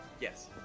Yes